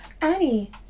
Annie